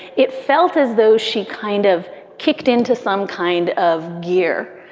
it felt as though she kind of kicked into some kind of gear.